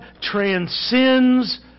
transcends